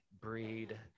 breed